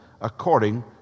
according